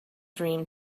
dream